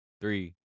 three